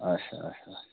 اچھا اچھا اچھا